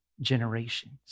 generations